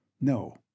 No